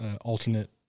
alternate